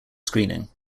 screening